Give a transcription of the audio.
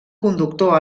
conductor